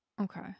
Okay